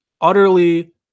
utterly